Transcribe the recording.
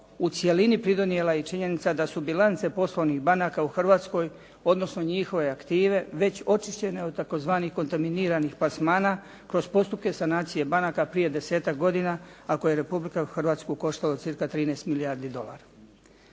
u cjelini pridonijela i činjenica da su bilance poslovnih banaka u Hrvatskoj, odnosno njihove aktive, već očišćene od tzv. kontaminiranih plasmana kroz postupke sanacije banaka prije desetak godina, a koje je Republiku Hrvatsku koštalo cca 13 milijardi dolara.